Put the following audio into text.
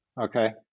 Okay